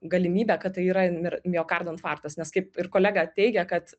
galimybė kad tai yra ir miokardo infarktas nes kaip ir kolega teigė kad